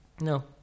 No